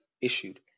issued